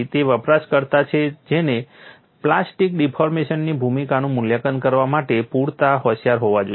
તે વપરાશકર્તા છે જેણે પ્લાસ્ટિક ડિફોર્મેશનની ભૂમિકાનું મૂલ્યાંકન કરવા માટે પૂરતા હોશિયાર હોવા જોઈએ